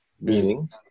meaning